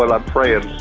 i'm praying.